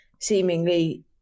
seemingly